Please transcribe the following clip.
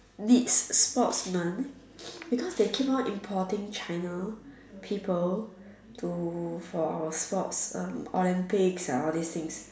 needs sportsman because they keep on importing China people to for sports um Olympics and all these things